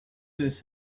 this